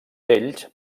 d’ells